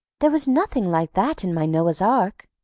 there was nothing like that in my noah's ark.